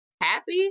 happy